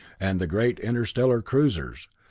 and the great interstellar cruisers,